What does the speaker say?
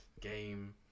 game